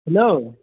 hello